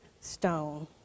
stone